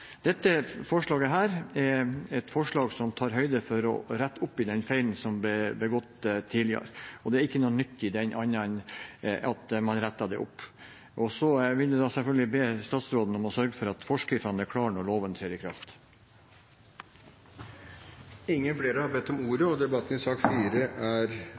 Dette forslaget er et forslag som tar høyde for å rette opp i den feilen som ble begått tidligere, og det er ikke noe nytt her annet enn at man retter opp det. Så vil jeg selvfølgelig be statsråden om å sørge for at forskriftene er klare når loven trer i kraft. Flere har ikke bedt om ordet til sak nr. 3. Ingen har bedt om ordet til sak